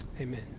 Amen